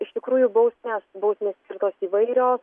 iš tikrųjų bausmės bausmės skirtos įvairios